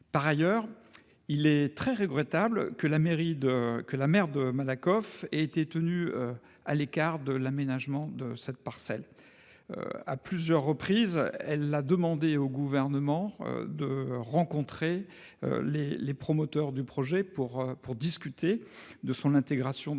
Par ailleurs, il est très regrettable que la maire de Malakoff ait été tenue à l'écart de l'aménagement de cette parcelle. À plusieurs reprises, elle a demandé au Gouvernement de rencontrer les promoteurs du projet pour discuter de son intégration dans la ville